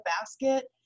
basket